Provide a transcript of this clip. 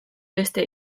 beste